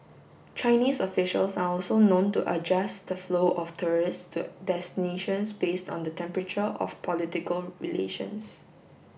Chinese officials are also known to adjust the flow of tourists to destinations based on the temperature of political relations